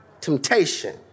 temptation